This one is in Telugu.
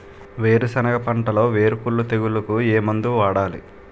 వేరుసెనగ పంటలో వేరుకుళ్ళు తెగులుకు ఏ మందు వాడాలి?